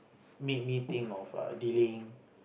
made me think of err delaying